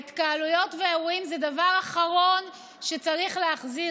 ההתקהלויות והאירועים הם הדבר האחרון שצריך להחזיר,